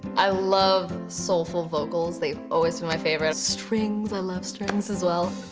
i love soulful vocals. they've always been my favorite. strings, i love strings as well.